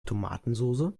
tomatensoße